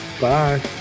Bye